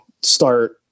start